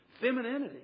femininity